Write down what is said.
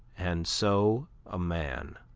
and so a man.